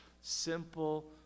simple